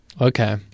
Okay